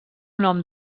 nom